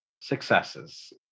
successes